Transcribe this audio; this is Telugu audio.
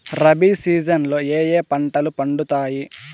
రబి సీజన్ లో ఏ ఏ పంటలు పండుతాయి